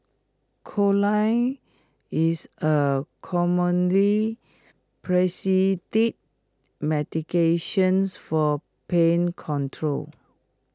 is A commonly medications for pain control